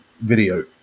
video